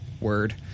word